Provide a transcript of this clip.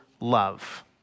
love